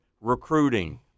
recruiting